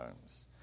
homes